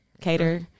cater